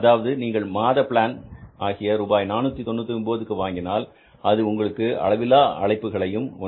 அதாவது நீங்கள் மாத பிளான் ஆகிய ரூபாய் 499 க்கு வாங்கினால் அது உங்களுக்கு அளவில்லா அழைப்புகளையும் 1